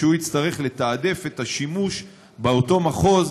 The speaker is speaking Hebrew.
והוא הצטרך לתעדף את השימוש בכל היכולות באותו מחוז.